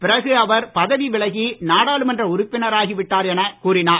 பிறகு அவர் பதவி விலகி நாடாளுமன்ற உறுப்பினராகி விட்டார் எனக் கூறினார்